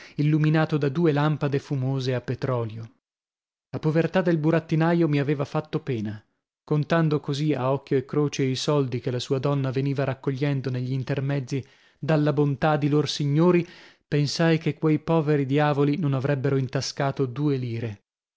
illuminato da due lampade fumose a petrolio la povertà del burattinaio mi aveva fatto pena contando così a occhio e croce i soldi che la sua donna veniva raccogliendo negli intermezzi dalla bontà di lor signori pensai che quei poveri diavoli non avrebbero intascate due lire